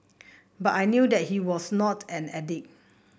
but I knew that he was not an addict